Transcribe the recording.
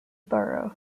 borough